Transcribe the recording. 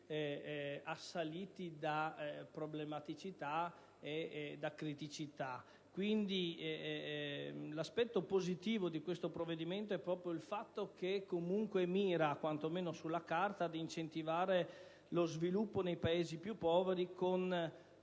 assaliti da problematicità e criticità. L'aspetto positivo di questo provvedimento è proprio il fatto che esso mira, quantomeno sulla carta, ad incentivare lo sviluppo nei Paesi più poveri con